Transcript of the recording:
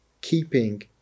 keeping